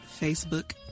Facebook